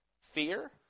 Fear